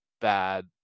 bad